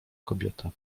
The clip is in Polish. kobieta